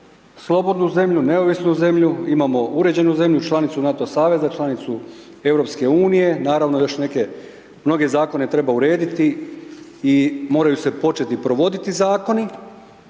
slobodnu zemlju, neovisnu zemlju, imamo uređenu zemlju, članicu NATO saveza, članicu EU, naravno i još neke, mnoge zakone treba urediti i moraju se početi provoditi zakoni.